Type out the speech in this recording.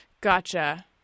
gotcha